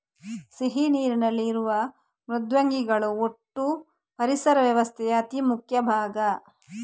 ಸಿಹಿ ನೀರಿನಲ್ಲಿ ಇರುವ ಮೃದ್ವಂಗಿಗಳು ಒಟ್ಟೂ ಪರಿಸರ ವ್ಯವಸ್ಥೆಯ ಅತಿ ಮುಖ್ಯ ಭಾಗ